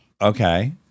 Okay